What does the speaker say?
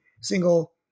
single